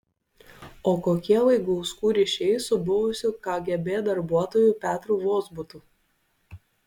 o kokie vaigauskų ryšiai su buvusiu kgb darbuotoju petru vozbutu